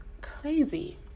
crazy